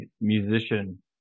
musician